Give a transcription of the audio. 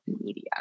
media